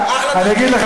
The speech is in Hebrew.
אני אגיד לך,